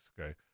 Okay